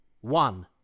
one